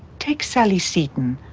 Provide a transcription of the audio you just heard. take sally seton,